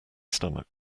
stomach